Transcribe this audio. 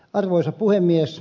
arvoisa puhemies